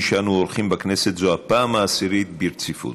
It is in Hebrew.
שאנו עורכים בכנסת זו הפעם העשירית ברציפות.